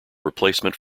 replacement